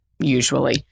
usually